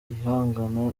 ihangana